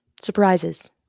Surprises